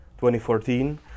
2014